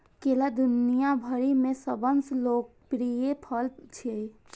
केला दुनिया भरि मे सबसं लोकप्रिय फल छियै